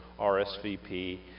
RSVP